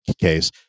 case